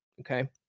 okay